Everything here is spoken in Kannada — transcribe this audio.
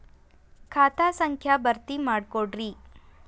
ಖಾತಾ ಸಂಖ್ಯಾ ಭರ್ತಿ ಮಾಡಿಕೊಡ್ರಿ